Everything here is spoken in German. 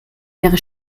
wäre